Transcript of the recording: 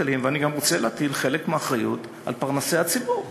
אני גם רוצה להטיל חלק מהאחריות על פרנסי הציבור.